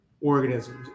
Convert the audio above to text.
organisms